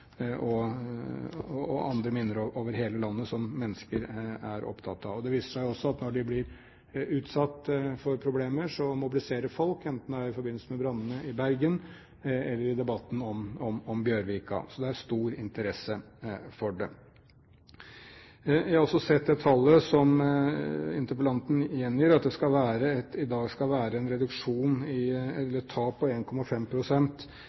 og andre minner over hele landet som mennesker er opptatt av. Det viser seg også at når de blir utsatt for problemer, så mobiliserer folk – enten det er i forbindelse med brannene i Bergen eller i debatten om Bjørvika. Så det er stor interesse for det. Jeg har også sett det tallet som interpellanten gjengir, at det i dag skal være en reduksjon, eller et tap, på 1,5 pst. i